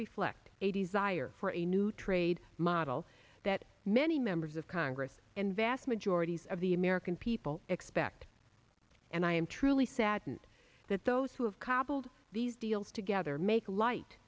reflect a desire for a new trade model that many members of congress and vast majorities of the american people expect and i am truly saddened that those who have cobbled these deals together make light